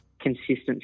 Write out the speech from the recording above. consistency